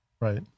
Right